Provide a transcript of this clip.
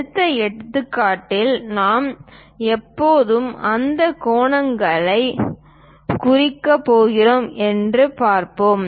அடுத்த எடுத்துக்காட்டில் நாம் எப்போது அந்த கோணங்களைக் குறிக்கப் போகிறோம் என்று பார்ப்போம்